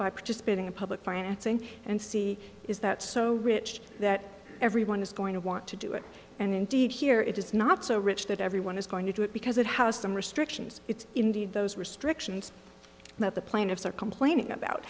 by participating in public financing and see is that so rich that everyone is going to want to do it and indeed here it is not so rich that everyone is going to do it because it has some restrictions it's indeed those restrictions that the plaintiffs are complaining about